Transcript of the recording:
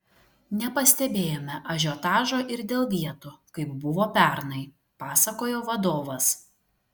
nepastebėjome ažiotažo ir dėl vietų kaip buvo pernai pasakojo vadovas